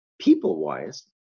people-wise